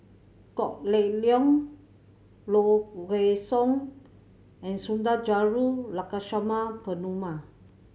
Kok Heng Leun Low Way Song and Sundarajulu Lakshmana Perumal